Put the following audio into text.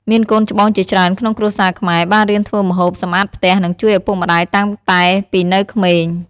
មានកូនច្បងជាច្រើនក្នុងគ្រួសារខ្មែរ បានរៀនធ្វើម្ហូប សម្អាតផ្ទះ និងជួយឪពុកម្ដាយតាំងតែពីនៅក្មេង។